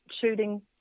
shooting